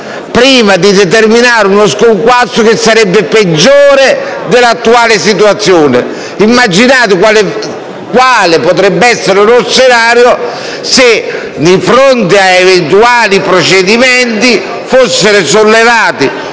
prima di determinare uno sconquasso che sarebbe peggiore dell'attuale situazione! Immaginate quale potrebbe essere lo scenario se, di fronte ad eventuali procedimenti, fosse sollevata